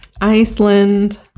Iceland